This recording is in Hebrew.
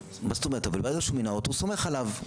אבל ברגע שהוא מינה אותו הוא סומך עליו,